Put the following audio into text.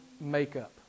makeup